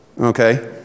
okay